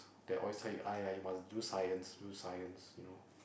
that always tell you !aiya! you must do science do science you know